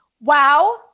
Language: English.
wow